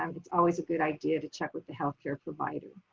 um it's always a good idea to check with the healthcare provider.